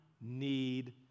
need